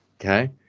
Okay